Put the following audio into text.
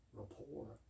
rapport